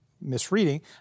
misreading